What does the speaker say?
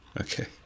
Okay